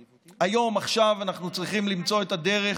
היום, עכשיו, אנחנו צריכים למצוא את הדרך,